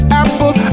apple